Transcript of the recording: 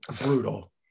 brutal